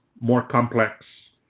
more complex.